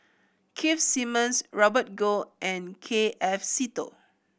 Keith Simmons Robert Goh and K F Seetoh